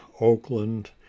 Oakland